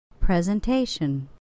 Presentation